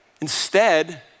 Instead